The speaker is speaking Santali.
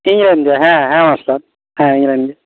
ᱤᱧ ᱨᱮᱱᱜᱮ ᱦᱮᱸ ᱦᱮᱸ ᱢᱟᱥᱴᱟᱨ ᱦᱮᱸ ᱤᱧ ᱨᱮᱱᱜᱮ